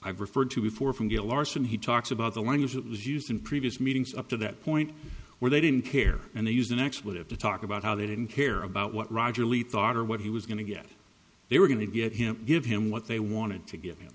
i've referred to before from to larsen he talks about the language that was used in previous meetings up to that point where they didn't care and they used an expletive to talk about how they didn't care about what roger leath order what he was going to get they were going to get him give him what they wanted to g